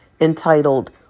entitled